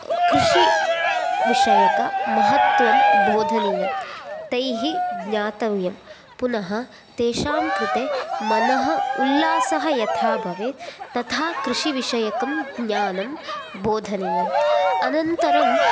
कृषिविषयकमहत्त्वं बोधनीयं तैः ज्ञातव्यं पुनः तेषां कृते मनः उल्लासः यथा भवेत् तथा कृषिविषयकं ज्ञानं बोधनीयम् अनन्तरं